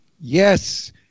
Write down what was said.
Yes